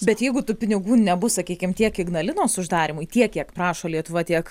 bet jeigu tų pinigų nebus sakykim tiek ignalinos uždarymui tiek kiek prašo lietuva tiek